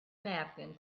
napkin